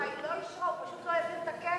לא, היא לא אישרה, הוא פשוט לא העביר את הכסף.